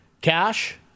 cash